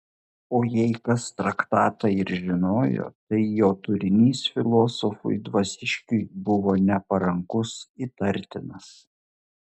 o jei kas traktatą ir žinojo tai jo turinys filosofui dvasiškiui buvo neparankus įtartinas